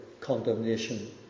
condemnation